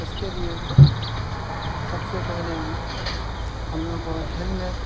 اس کے لیے سب سے پہلے ہم لوگوں کو ہیلمٹ